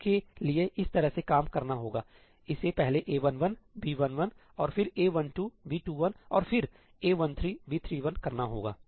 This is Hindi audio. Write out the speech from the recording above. इसके लिए इस तरह से काम करना होगा इसे पहले A11 B11 और फिर A12 B21 और फिर A13 B31 करना होगा